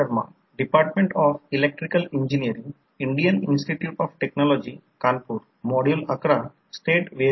एका step down ट्रान्सफॉर्मरमध्ये 4500 225 voltage आहे 50 हर्ट्झ म्हणजे फ्रिक्वेन्सी f 50 हर्ट्झ